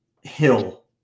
Hill